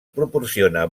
proporciona